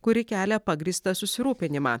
kuri kelia pagrįstą susirūpinimą